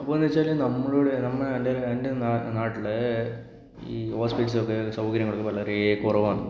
അപ്പം എന്താന്ന് വെച്ചാൽ നമ്മളുടെ നമ്മുടെ എൻ്റെ എൻ്റെ നാട്ടില് ഈ ഹോസ്പിറ്റൽസ് ഒക്കെ സൗകര്യങ്ങൾ വളരെ കുറവാണ്